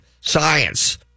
science